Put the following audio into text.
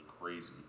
crazy